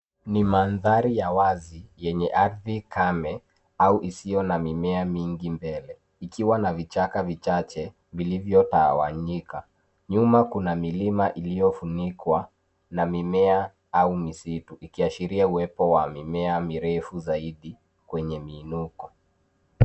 Ni mandhari ya wazi yenye ardhi kame au isio na mimea mingi mbele. Ikiwa na vichaka vichache vilivyotawanyika .Nyuma Kuna milima iliyofunikwa, na mimea au misitu, ikiashiria uwepo wa mimea mirefu zaidi, kwenye miinuko.